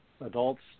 adults